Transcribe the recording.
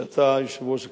שאתה יושב-ראש הכנסת,